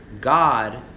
God